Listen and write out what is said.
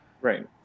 Right